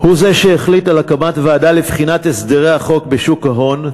הוא זה שהחליט על הקמת ועדה לבחינת הסדרי החוב בשוק ההון,